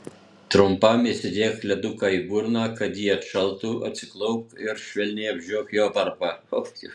trumpam įsidėk leduką į burną kad ji atšaltų atsiklaupk ir švelniai apžiok jo varpą